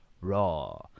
Raw